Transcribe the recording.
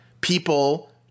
people